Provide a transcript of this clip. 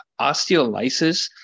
Osteolysis